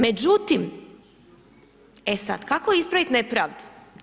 Međutim, e sada kako ispraviti nepravdu?